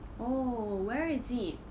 oh where is it